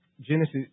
Genesis